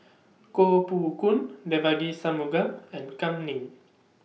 Koh Poh Koon Devagi Sanmugam and Kam Ning